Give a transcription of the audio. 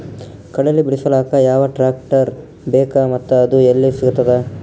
ಕಡಲಿ ಬಿಡಿಸಲಕ ಯಾವ ಟ್ರಾಕ್ಟರ್ ಬೇಕ ಮತ್ತ ಅದು ಯಲ್ಲಿ ಸಿಗತದ?